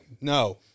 no